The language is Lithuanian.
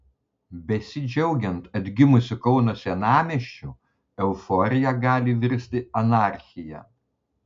besidžiaugiant atgimusiu kauno senamiesčiu euforija gali virsti anarchija